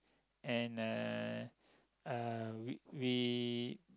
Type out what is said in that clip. and uh uh we we